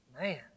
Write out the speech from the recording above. man